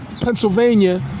Pennsylvania